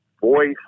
voice